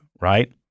right